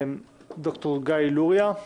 ד"ר גיא לוריא,